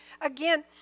again